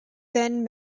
then